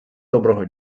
доброго